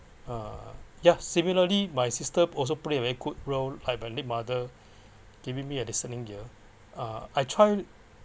uh yeah similarly my sister also play a very good role like my late mother giving me a listening ear uh I try